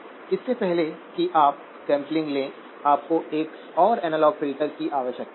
इससे पहले कि आप सैंपलिंग लें आपको एक और एनालॉग फ़िल्टर की आवश्यकता है